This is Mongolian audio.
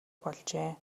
болжээ